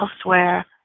Elsewhere